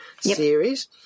series